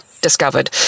discovered